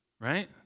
right